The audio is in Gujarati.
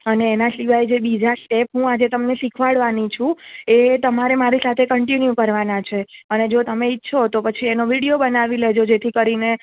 અને એના સિવાય જે બીજાં શ્ટેપ હું આજે તમને શીખવાડવાની છું એ તમારે મારી સાથે કન્ટીન્યુ કરવાના છે અને જો તમે ઈચ્છો તો પછી એનો વિડીયો બનાવી લેજો જેથી કરીને